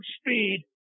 Speed